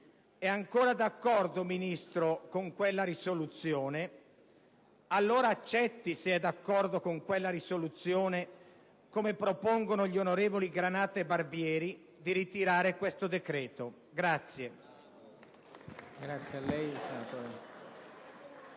È ancora d'accordo, signor Ministro, con quella risoluzione? Allora accetti, se è d'accordo con quella risoluzione, come propongono gli onorevoli Granata e Barbieri, di ritirare questo decreto-legge.